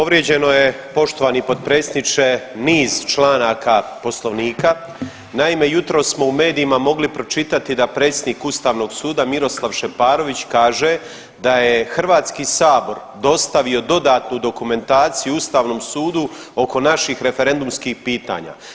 Povrijeđeno je poštovani potpredsjedniče niz članaka poslovnika, naime jutros smo u medijima mogli pročitati da predsjednik ustavnog suda Miroslav Šeparović kaže da je HS dostavio dodatnu dokumentaciju ustavnom sudu oko naših referendumskih pitanja.